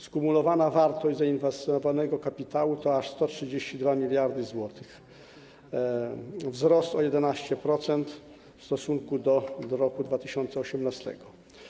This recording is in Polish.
Skumulowana wartość zainwestowanego kapitału to aż 132 mld zł, wzrost o 11% w stosunku do wartości w roku 2018.